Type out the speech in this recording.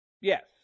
Yes